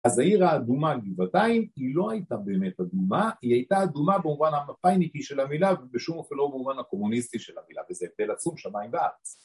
אז העיר האדומה בבית, היא לא הייתה באמת אדומה, היא הייתה אדומה במובן הפפייניקי של המילה ובשום אופן לא במובן הקומוניסטי של המילה. וזה הבדל עצום, שמיים וארץ